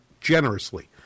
generously